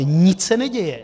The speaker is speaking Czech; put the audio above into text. Nic se neděje.